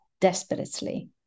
desperately